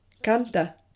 canta